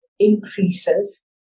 increases